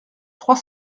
trois